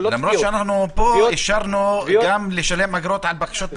בקשות למרות שפה אישרנו גם לשלם אגרות על בקשות ביניים.